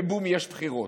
ובום, יש בחירות.